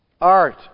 Art